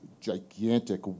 gigantic